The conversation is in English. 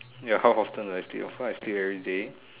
ya how often do I sleep of course I sleep everyday